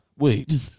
Wait